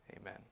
Amen